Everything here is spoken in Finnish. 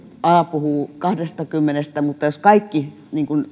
puhuu kahdestakymmenestä mutta jos kaikki